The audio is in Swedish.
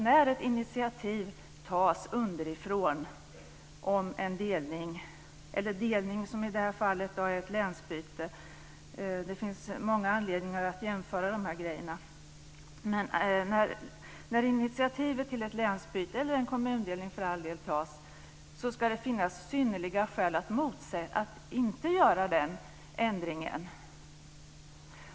När ett initiativ tas underifrån om en delning, eller som i detta fall ett länsbyte - det finns många anledningar att jämföra dessa saker - ska det finnas synnerliga skäl att inte göra denna ändring.